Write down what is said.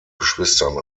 geschwistern